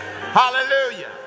Hallelujah